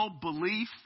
belief